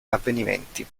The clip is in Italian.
avvenimenti